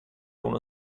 uno